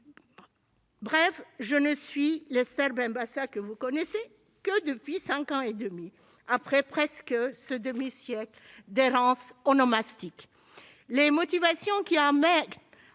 Bref, je ne suis l'Esther Benbassa que vous connaissez que depuis cinq ans et demi, après presque un demi-siècle d'errance onomastique. Les motivations qui amènent